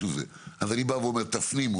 אז אני בא ואומר: תפנימו.